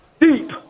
deep